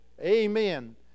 Amen